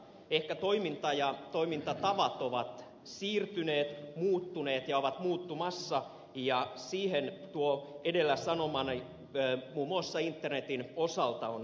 ehkä toiminta ja toimintatavat ovat siirtyneet muuttuneet ja ovat muuttumassa ja siihen tuo edellä sanomani muun muassa internetin osalta liittyy